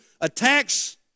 attacks